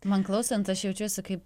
man klausant aš jaučiuosi kaip